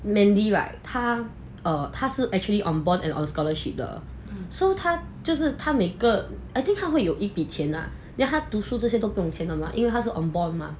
mandy right 她 err 哦她是 actually on bond and on scholarship 的 so 他就是他每个 I think 他会有一笔钱 then 他读书这些都不用钱的嘛因为他是 on bond 吗